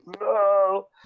no